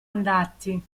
andati